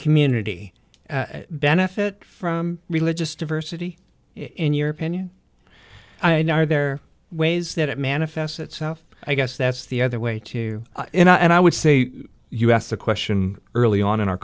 community benefit from religious diversity in your opinion i know are there ways that it manifests itself i guess that's the other way too and i would say you asked the question early on in our